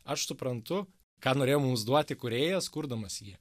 aš suprantu ką norėjo mums duoti kūrėjas kurdamas jį